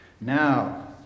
Now